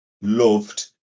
loved